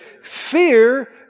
Fear